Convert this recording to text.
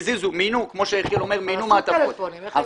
אבל אסור פלאפונים.